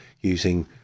using